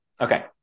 Okay